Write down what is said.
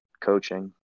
coaching